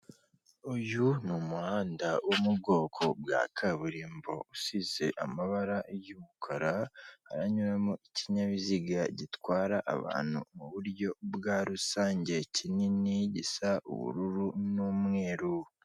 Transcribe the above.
Uyu ni umuhanda wo mu bwoko bwa kaburimbo usize amabara y'umukara haranyuramo ikinyabiziga gitwara abantu mu buryo bwa rusange kinini gisa ubururu n'umweru.